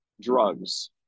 drugs